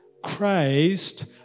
Christ